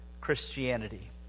Christianity